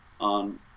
on